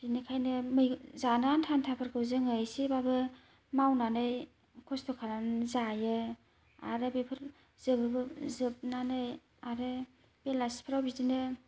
बिनिखायनो मै जानो आनथा आनथा फोरखौ जोङो एसेबाबो मावनानै खस्ट' खालामनानै जायो आरो बेफोर जोबो जोबनानै आरो बेलासिफ्राव बिदिनो